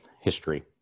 history